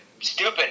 Stupid